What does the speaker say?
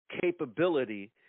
capability